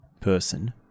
person